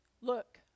look